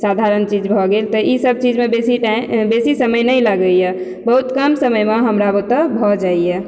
साधारण चीज भऽ गेल तऽ ई सब चीज मे बेसी टाइम बेसी समय नहि लागै यऽ बहुत कम समय मे हमरा बुते भऽ जाइ यऽ